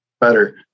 better